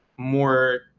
more